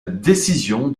décision